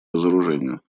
разоружению